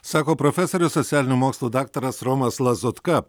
sako profesorius socialinių mokslų daktaras romas lazutka